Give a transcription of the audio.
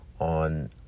on